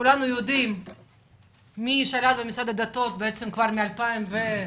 כולנו יודעים מי שירת במשרד הדתות כבר מ-2009.